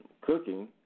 cooking